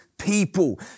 People